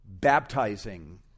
baptizing